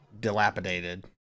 dilapidated